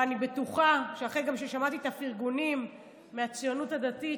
ואני בטוחה שאחרי ששמעתי גם את הפרגונים מהציונות הדתית,